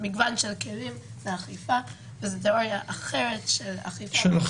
מגוון של כלים לאכיפה וזו תאוריה אחרת אכיפה.